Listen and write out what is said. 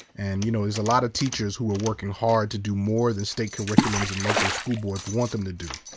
and you know there's a lot of teachers who are working hard to do more than state curriculums that and local school boards want them to do.